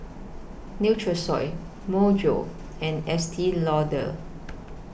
Nutrisoy Myojo and Estee Lauder